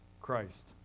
Christ